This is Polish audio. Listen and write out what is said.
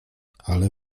ale